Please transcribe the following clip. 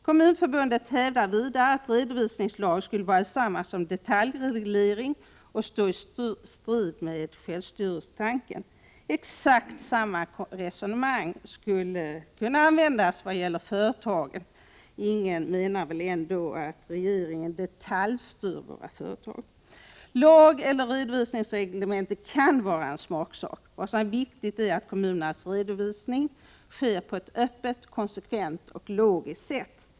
Kommunförbundet hävdar vidare att en redovisningslag skulle vara detsamma som detaljreglering och stå i strid med självstyrelsetanken. Exakt samma resonemang skulle kunna användas när det gäller företag. Ingen menar väl ändå att regeringen detaljstyr våra företag. Lag eller redovisningsreglemente kan vara en smaksak. Vad som är viktigt är att kommunernas redovisning sker på ett öppet, konsekvent och logiskt sätt.